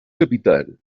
capital